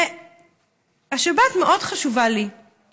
והשבת מאוד חשובה לי;